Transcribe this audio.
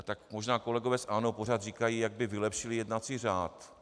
tak možná kolegové z ANO pořád říkají, jak by vylepšili jednací řád.